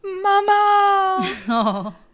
Mama